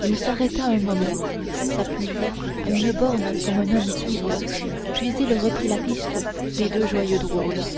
il s'arrêta un moment s'appuya à une borne comme un homme ivre puis il reprit la piste des deux joyeux drôles